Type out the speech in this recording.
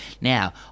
Now